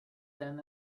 then